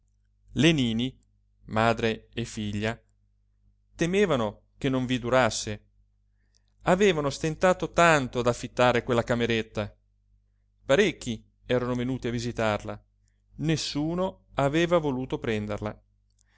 le nini madre e figlia temevano che non vi durasse avevano stentato tanto ad affittare quella cameretta parecchi erano venuti a visitarla nessuno aveva voluto prenderla